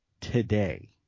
today